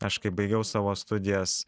aš kai baigiau savo studijas